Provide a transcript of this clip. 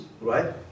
right